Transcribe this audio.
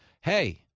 Hey